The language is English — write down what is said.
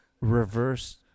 reverse